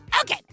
Okay